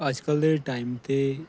ਅੱਜ ਕੱਲ੍ਹ ਦੇ ਟਾਈਮ 'ਤੇ